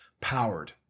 powered